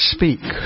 Speak